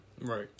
Right